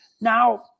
now